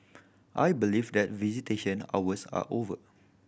I believe that visitation hours are over